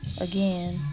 Again